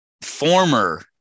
former